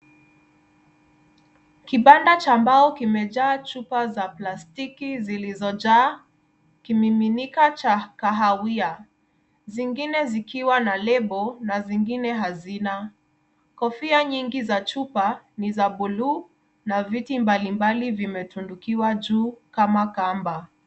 Kibanda cha mbao kimejaa chupa za plastiki, zilizojaa kimiminika cha kahawia. Zingine zikiwa na lebo na zingine hazina. Kofia nyingi za chupa ni za buluu, na vitu mbalimbali vimetundukiwa juu kama kamba.